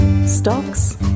Stocks